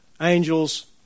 angels